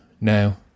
now